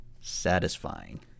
satisfying